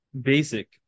basic